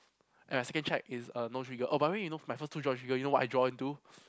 and my second check is a non trigger oh by the way you know for my first two draw trigger you know what I draw into